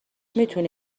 میتونی